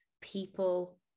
people